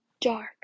dark